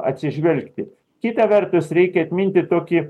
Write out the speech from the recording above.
atsižvelgti kita vertus reikia atminti tokį